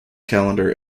calendar